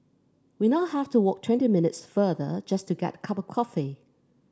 we now have to walk twenty minutes farther just to get a cup of coffee